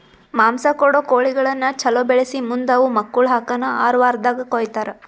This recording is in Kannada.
ಮಾಂಸ ಕೊಡೋ ಕೋಳಿಗಳನ್ನ ಛಲೋ ಬೆಳಿಸಿ ಮುಂದ್ ಅವು ಮಕ್ಕುಳ ಹಾಕನ್ ಆರ ವಾರ್ದಾಗ ಕೊಯ್ತಾರ